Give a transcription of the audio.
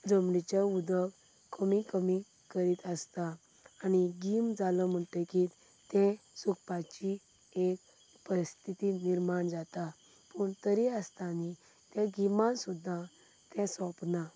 जमनीचें उदक कमी कमी करीत आसतां आनी गीम जालो म्हणटगीर तें सुकपाची एक परस्थिती निर्माण जाता पूण तरी आसता आमी तें गिमांत सुद्दां तें सोपनां